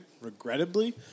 regrettably